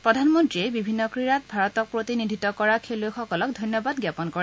প্ৰধানমন্ত্ৰীয়ে বিভিন্ন ক্ৰীড়াত ভাৰতক প্ৰতিনিধিত্ব কৰা খেলুৱৈসকলক ধন্যবাদ জ্ঞাপন কৰে